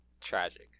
Tragic